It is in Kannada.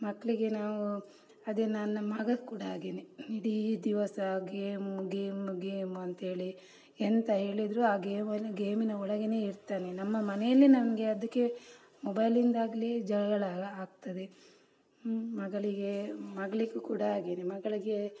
ಮಕ್ಕಳಿಗೆ ನಾವು ಅದನ್ನು ನಮಗೆ ಕೂಡ ಹಾಗೆಯೇ ಇಡೀ ದಿವಸ ಗೇಮು ಗೇಮು ಗೇಮು ಅಂಥೇಳಿ ಎಂತ ಹೇಳಿದರು ಆ ಗೇಮನ್ನು ಗೇಮಿನ ಒಳಗೆನೇ ಇರ್ತಾನೆ ನಮ್ಮ ಮನೆಯಲ್ಲಿ ನನಗೆ ಅದಕ್ಕೆ ಮೊಬೈಲಿಂದಾಗಲಿ ಜಗಳ ಆಗ್ತದೆ ಮಗಳಿಗೆ ಮಗಳಿಗು ಕೂಡ ಹಾಗೆಯೇ ಮಗಳಿಗೆ